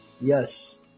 yes